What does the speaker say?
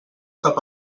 cap